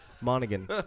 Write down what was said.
Monaghan